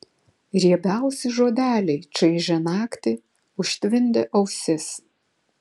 riebiausi žodeliai čaižė naktį užtvindė ausis